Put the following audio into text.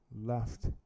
left